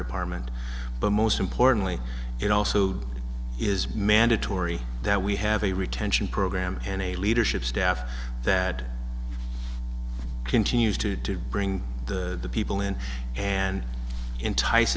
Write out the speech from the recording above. department but most importantly it also is mandatory that we have a retention program and a leadership staff that continues to bring the people in and entice